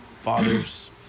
fathers